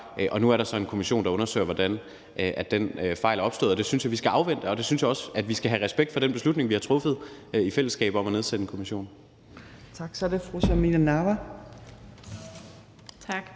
og nu er der så en kommission, der undersøger, hvordan den fejl er opstået. Og det synes jeg vi skal afvente, og jeg synes også, at vi skal have respekt for den beslutning, vi har truffet i fællesskab om at nedsætte en kommission. Kl. 14:05 Tredje næstformand (Trine